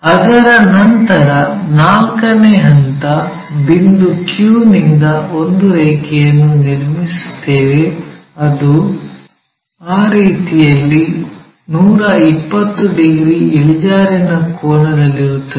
ಅದರ ನಂತರ ನಾಲ್ಕನೇ ಹಂತ ಬಿಂದು q ನಿಂದ ಒಂದು ರೇಖೆಯನ್ನು ನಿರ್ಮಿಸುತ್ತೇವೆ ಅದು ಆ ರೀತಿಯಲ್ಲಿ 120 ಡಿಗ್ರಿ ಇಳಿಜಾರಿನ ಕೋನದಲ್ಲಿರುತ್ತದೆ